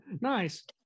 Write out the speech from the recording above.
Nice